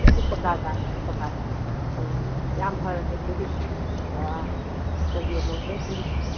ꯑꯁ ꯑꯗꯨ ꯄꯛꯀꯥ ꯇꯥꯔꯦ ꯄꯛꯀꯥ ꯇꯥꯔꯦ ꯎꯝ ꯌꯥꯝ ꯐꯔꯝꯃꯦ ꯑꯗꯨꯗꯤ ꯆꯒꯦꯝ ꯑꯣꯏꯔꯗꯤ